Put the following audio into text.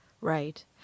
Right